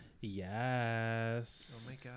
Yes